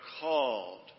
called